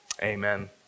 Amen